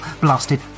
blasted